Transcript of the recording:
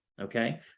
okay